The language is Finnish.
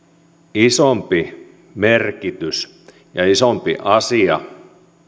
isompi merkitys ja isompi asia